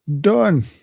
done